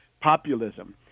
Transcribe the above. populism